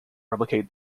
replace